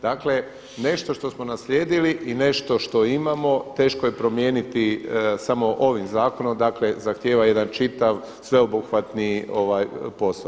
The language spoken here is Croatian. Dakle, nešto što smo naslijedili i nešto što imamo teško je promijeniti samo ovim zakonom, dakle zahtjeva jedan čitav sveobuhvatni posao.